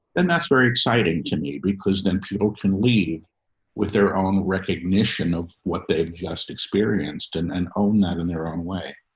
then that's very exciting to me because then people can leave with their own recognition of what they've just experienced and and own that in their own way.